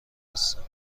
هستم